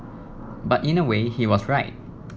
but in a way he was right